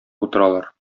утыралар